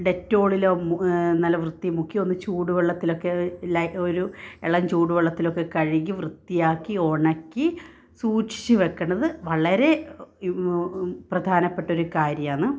ഡെറ്റോളിലോ നല്ല വൃത്തി മുക്കി ഒന്ന് ചൂടുവെള്ളത്തിലൊക്കെ ഒരു ഇളം ചൂടുവെള്ളത്തിലൊക്കെ കഴുകി വൃത്തിയാക്കി ഉണക്കി സൂക്ഷിച്ചു വെക്കുന്നത് വളരെ പ്രധാനപ്പെട്ടൊരു കാര്യമാണ്